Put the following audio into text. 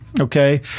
Okay